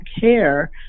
care